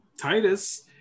Titus